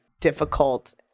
difficult